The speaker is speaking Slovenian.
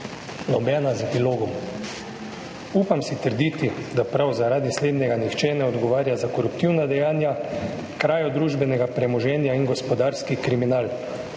nobena z epilogom. Upam si trditi, da prav zaradi slednjega nihče ne odgovarja za koruptivna dejanja, krajo družbenega premoženja in gospodarski kriminal,